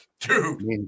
Dude